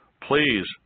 please